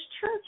church